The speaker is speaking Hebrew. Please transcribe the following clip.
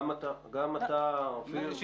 גם אתה, אופיר --- אני לא מבין מה שונה היום.